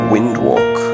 Windwalk